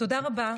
תודה רבה